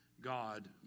God